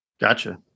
Gotcha